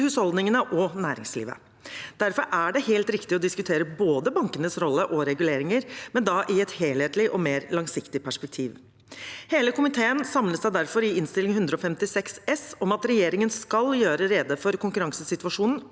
husholdningene og næringslivet. Derfor er det helt riktig å diskutere både bankenes rolle og reguleringer, men da i et helhetlig og mer langsiktig perspektiv. Hele komiteen samlet seg derfor i Innst. 156 S for 2023–2024 om at regjeringen skal gjøre rede for konkurransesituasjonen